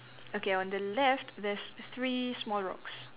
okay on the left there's three small rocks